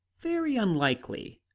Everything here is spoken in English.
very unlikely.